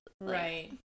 Right